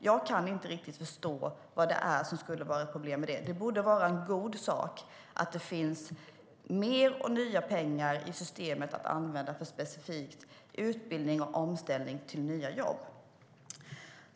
Jag kan inte riktigt förstå vad som skulle vara ett problem med det. Det borde vara en god sak att det finns mer och nya pengar i systemet att använda specifikt till utbildning och omställning till nya jobb.